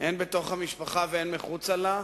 הן בתוך המשפחה והן מחוץ לה.